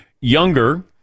younger